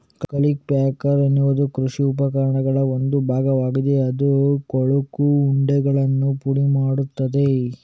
culti packer ಎನ್ನುವುದು ಕೃಷಿ ಉಪಕರಣಗಳ ಒಂದು ಭಾಗವಾಗಿದ್ದು ಅದು ಕೊಳಕು ಉಂಡೆಗಳನ್ನು ಪುಡಿ ಮಾಡುತ್ತದೆ